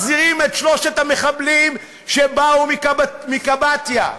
מחזירים את שלושת המחבלים שבאו מקבטיה?